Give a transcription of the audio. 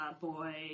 boy